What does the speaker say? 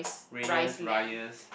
Reyes Reyes